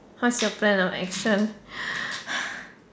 what's your plan of action